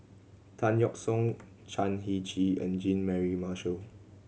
Tan Yeok Seong Chan Heng Chee and Jean Mary Marshall